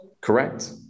correct